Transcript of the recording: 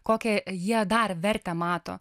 kokią jie dar vertę mato